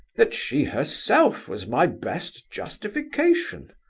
that she herself was my best justification.